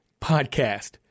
podcast